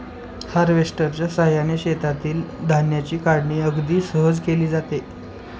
हार्वेस्टरच्या साहाय्याने शेतातील धान्याची काढणी अगदी सहज केली जाते